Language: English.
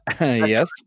yes